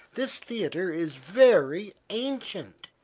this theatre is very ancient.